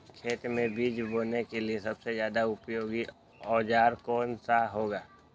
खेत मै बीज बोने के लिए सबसे ज्यादा उपयोगी औजार कौन सा होगा?